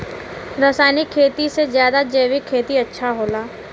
रासायनिक खेती से ज्यादा जैविक खेती अच्छा होला